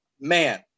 man